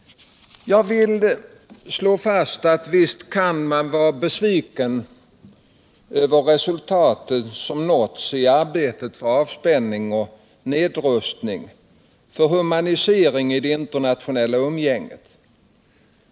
Jag vill slå fast att visst kan man vara besviken över det resultat som nåtts i arbetet för avspänning och nedrustning och för en humanisering i det internationella umgänget.